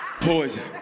Poison